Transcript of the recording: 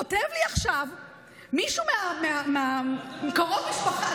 כותב לי עכשיו קרוב משפחה,